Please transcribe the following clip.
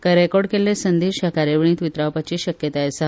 कांय रेकॉर्ड केल्ले संदेश ह्या कार्यावळींत वितरावपाची शक्यताय आसा